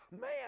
man